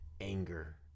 anger